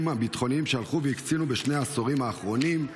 הביטחוניים שהלכו והקצינו בשני העשורים האחרונים.